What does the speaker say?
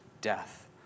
death